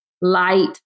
light